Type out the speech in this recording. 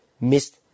miss